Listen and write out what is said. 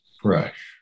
Fresh